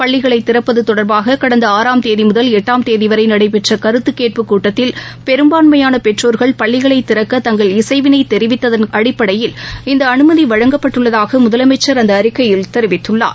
பள்ளிகளைதிறப்பதுதொடர்பாககடந்தஆறாம் தேதிமுதல் எட்டாம் தேதிவரைநடைபெற்றகருத்துகேட்பு கூட்டத்தில் பெம்பான்மையானபெற்றோர்கள் பள்ளிகளைதிறக்க தங்கள் இசைவினைதெரிவித்ததன் அடிப்படையில் இந்தஅனுமதிவழங்கப்பட்டுள்ளதாகமுதலமைச்சர் அந்தஅறிக்கையில் தெரிவித்துள்ளார்